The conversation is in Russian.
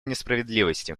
несправедливости